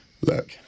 look